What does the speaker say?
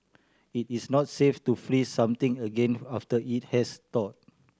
it is not safe to freeze something again after it has thawed